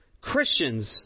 Christians